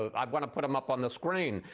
i want to put them up on the screen.